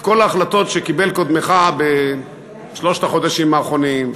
כל ההחלטות שקיבל קודמך בשלושת החודשים האחרונים,